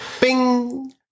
Bing